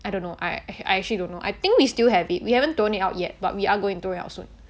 I don't know I I actually don't know I think we still have it we haven't thrown it out yet but we are going to throw it out soon